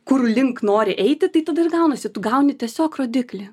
kur link nori eiti tai tada ir gaunasi tu gauni tiesiog rodiklį